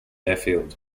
airfield